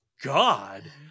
God